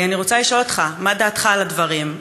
אני רוצה לשאול אותך: מה דעתך על הדברים,